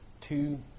Two